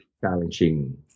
challenging